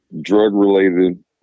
drug-related